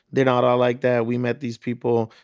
they're not all like that. we met these people.